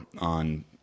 on